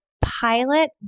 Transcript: pilot